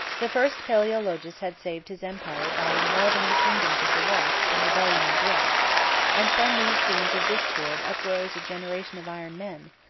the first palaeologus had saved his empire by involving the kingdoms of the west in rebellion and blood and from these scenes of discord uprose a generation of iron men,